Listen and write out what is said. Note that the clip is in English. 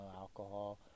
alcohol